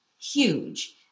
huge